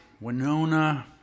Winona